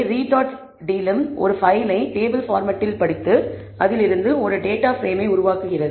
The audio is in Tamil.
delimரீட் டாட் டெலிம் ஒரு பைலை டேபிள் பார்மட்டில் படித்து அதில் இருந்து ஒரு டேட்டா பிரேம் ஐ உருவாக்குகிறது